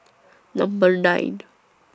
Number nine